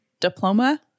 diploma